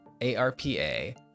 ARPA